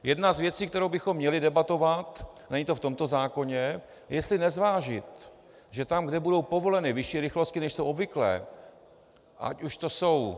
Jedna z věcí, o které bychom měli debatovat, není to v tomto zákoně, jestli nezvážit, že tam, kde budou povoleny vyšší rychlosti, než jsou obvyklé, ať už to jsou ...